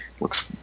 looks